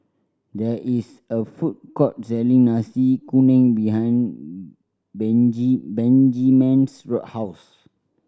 there is a food court selling Nasi Kuning behind Benjiman's house